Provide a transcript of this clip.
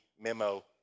memo